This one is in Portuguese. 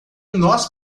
nós